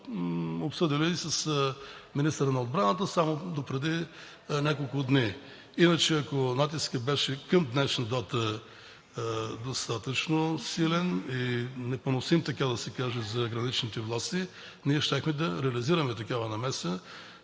обсъдили с министъра на отбраната само преди няколко дни. Иначе, ако натискът към днешна дата беше достатъчно силен и непоносим, така да се каже, за граничните власти, ние щяхме да реализираме такава намеса.